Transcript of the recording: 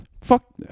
Fuck